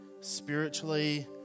spiritually